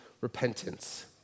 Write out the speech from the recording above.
repentance